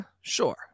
Sure